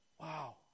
Wow